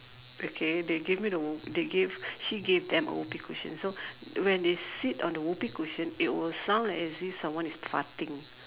okay they gave me the Whoop~ they gave she gave them a Whoopee cushion so when they sit on the Whoopee cushion it will sound like as if someone is farting